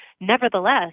Nevertheless